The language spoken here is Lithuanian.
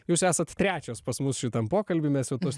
jūs esat trečias pas mus šitam pokalby mes jau tuos